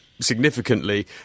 significantly